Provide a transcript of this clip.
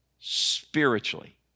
spiritually